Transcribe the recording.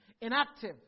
inactive